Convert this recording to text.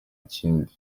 kindi